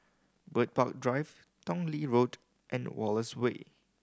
Bird Park Drive Tong Lee Road and Wallace Way